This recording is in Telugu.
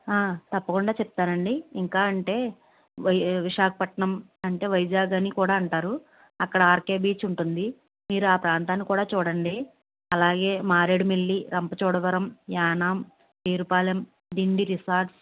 తప్పకుండా చెప్తానండి ఇంకా అంటే వి విశాఖపట్నం అంటే వైజాగ్ అని కూడా అంటారు అక్కడ ఆర్కె బీచ్ ఉంటుంది మీరు ఆ ప్రాంతాన్ని కూడా చూడండి అలాగే మారేడుమిల్లి రంపచోడవరం యానాం పేరుపాలెం దిండి రిసార్ట్స్